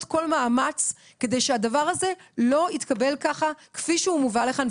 כל מאמץ כדי שהדבר הזה לא יתקבל ככה כפי שהוא מובא לכאן.